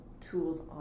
tools